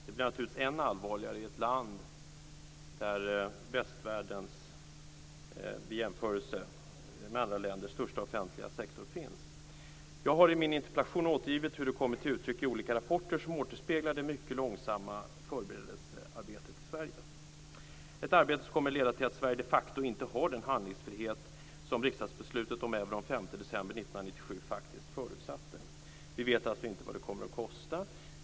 Det blir naturligtvis än allvarligare i ett land där västvärldens vid jämförelse med andra länder största offentliga sektor finns. Jag har i min interpellation återgivit hur det kommer till uttryck i olika rapporter som återspeglar det mycket långsamma förberedelsearbetet i Sverige. Det är ett arbete som kommer att leda till att Sverige de facto inte har den handlingsfrihet som riksdagsbeslutet om euron den 5 december 1997 faktiskt förutsatte. Vi vet inte vad det kommer att kosta.